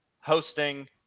hosting